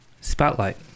spotlight